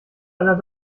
aller